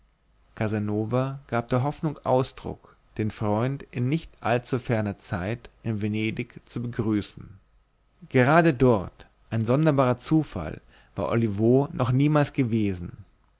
casanova gab der hoffnung ausdruck den freund in nicht allzu ferner zeit in venedig zu begrüßen gerade dort ein sonderbarer zufall war olivo noch niemals gewesen